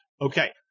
Okay